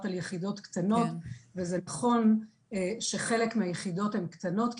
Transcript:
על יחידות קטנות וזה נכון שחלק מהיחידות הן קטנות,